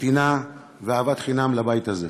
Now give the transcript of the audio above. נתינה ואהבת חינם לבית הזה.